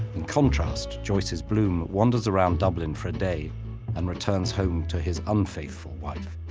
in contrast, joyce's bloom wanders around dublin for a day and returns home to his unfaithful wife.